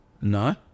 No